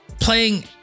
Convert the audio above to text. playing